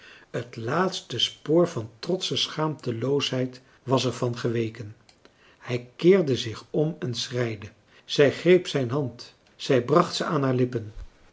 het laatste spoor van trotsche schaamteloosheid was er van geweken hij keerde zich om en schreide zij greep zijn hand zij bracht ze aan haar lippen